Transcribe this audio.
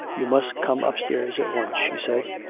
you must come upstairs at once, she said.